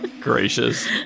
Gracious